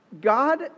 God